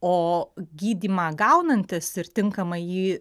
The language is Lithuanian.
o gydymą gaunantis ir tinkamai jį